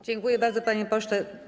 Dziękuję bardzo, panie pośle.